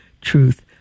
truth